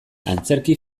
antzerki